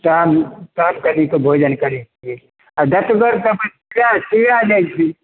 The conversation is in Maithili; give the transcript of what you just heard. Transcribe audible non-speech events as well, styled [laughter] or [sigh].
तहन तहन कनिक भोजन करैत छियै आ [unintelligible] नहि छै